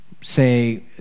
say